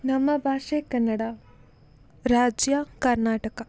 ನಮ್ಮ ಭಾಷೆ ಕನ್ನಡ ರಾಜ್ಯ ಕರ್ನಾಟಕ